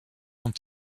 ont